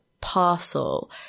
parcel